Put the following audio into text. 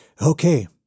Okay